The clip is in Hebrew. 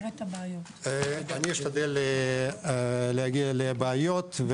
אני אשתדל להגיע לבעיות.